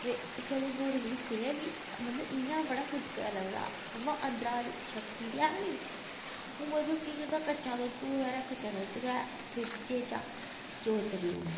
ते चलो नुहाड़ी थोह्ड़ी सेहत बी मतलब इ'यां बड़ा सुक्का दा लभदा अवा अंदरा ते शक्ति ते ऐ नी उसी ओह् मतलब केह् करदा कच्चा दुद्ध होऐ कच्चा दुद्ध फ्रिज चा चोरियै पी उड़ै